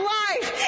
life